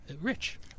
Rich